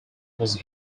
was